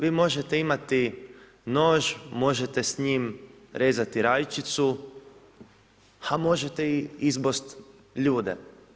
Vi možete imati nož, možete s njim rezati rajčicu a možete i izbosti ljude.